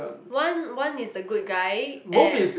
one one is the good guy and